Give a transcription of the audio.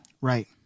Right